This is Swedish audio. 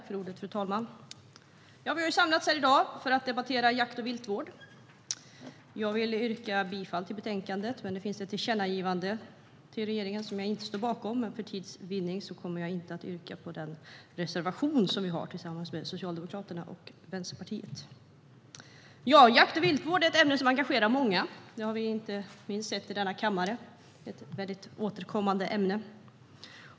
Fru talman! Vi har samlats här i dag för att debattera jakt och viltvård. Jag yrkar bifall till utskottets förslag. Det finns ett tillkännagivande till regeringen som jag inte står bakom, men för tids vinning kommer jag inte att yrka bifall till den reservation som vi har tillsammans med Socialdemokraterna och Vänsterpartiet. Jakt och viltvård är ett ämne som engagerar många. Det har vi inte minst sett i denna kammare, där det är ett ofta återkommande ämne.